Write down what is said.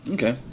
Okay